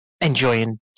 Enjoying